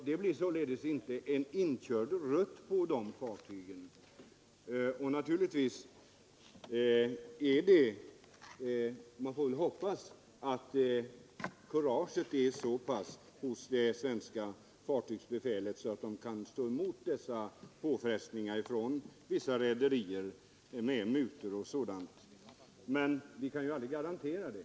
Det blir således inte en inkörd rutt för dessa fartyg. Man får ju hoppas att kuraget är så pass gott hos de svenska fartygens befälhavare att de kan stå emot påfrestningar från vissa rederier i form av mutor och sådant, men vi kan ju aldrig garantera det.